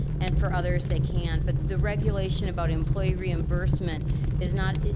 and for others, they can. but the regulation about employee reimbursement is not,